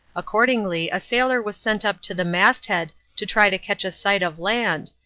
accordingly a sailor was sent up to the masthead to try to catch a sight of land,